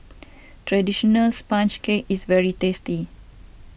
Traditional Sponge Cake is very tasty